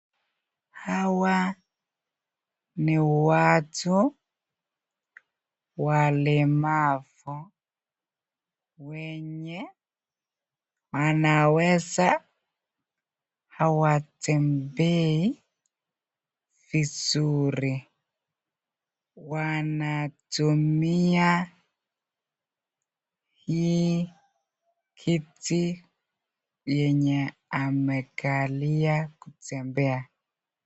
Hawa ni watu walemavu wenye wanaweza hawatembei vizuri wanatumia hii kiti yenye amekalia kutembea.